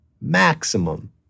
Maximum